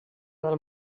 del